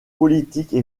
politiques